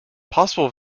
possible